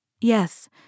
Yes